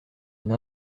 une